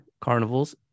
carnivals